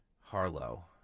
Harlow